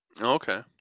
Okay